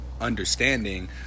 understanding